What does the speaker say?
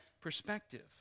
perspective